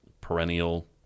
Perennial